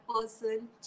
person